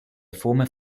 former